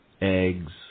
Eggs